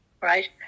right